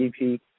EP